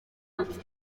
ati